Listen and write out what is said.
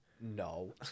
No